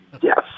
Yes